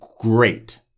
great